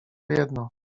jedno